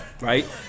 right